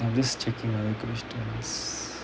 I'm just checking the questions